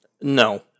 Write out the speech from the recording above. No